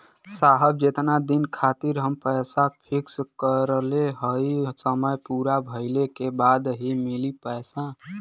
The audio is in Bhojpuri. साहब जेतना दिन खातिर हम पैसा फिक्स करले हई समय पूरा भइले के बाद ही मिली पैसा?